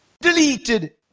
DELETED